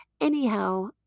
Anyhow